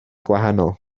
gwahanol